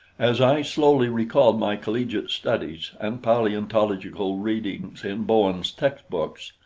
as i slowly recalled my collegiate studies and paleontological readings in bowen's textbooks,